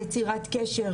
יצירת קשר,